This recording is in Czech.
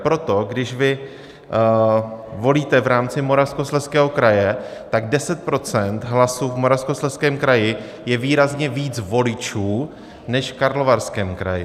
Proto když vy volíte v rámci Moravskoslezského kraje, tak 10 % hlasů v Moravskoslezském kraji je výrazně víc voličů než v Karlovarském kraji.